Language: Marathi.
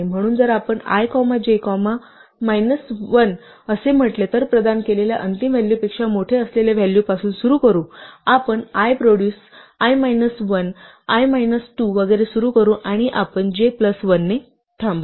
म्हणून जर आपण i comma j comma minus 1 असे म्हटले तर प्रदान केलेल्या अंतिम व्हॅलूपेक्षा मोठे असलेले व्हॅलू पासून सुरू करू आपण i produce i minus 1 i minus 2 वगैरे सुरू करू आणि आपण j1 ने थांबू